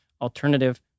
alternative